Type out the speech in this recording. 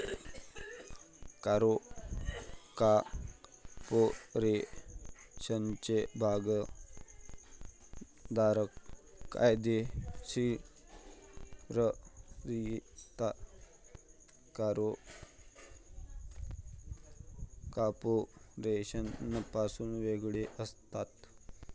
कॉर्पोरेशनचे भागधारक कायदेशीररित्या कॉर्पोरेशनपासून वेगळे असतात